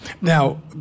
Now